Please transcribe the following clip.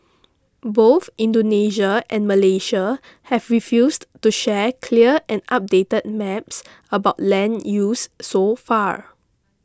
both Indonesia and Malaysia have refused to share clear and updated maps about land use so far